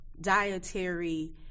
dietary